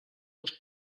els